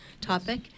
topic